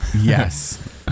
Yes